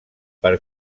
per